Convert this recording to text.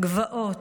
גבעות,